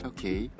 Okay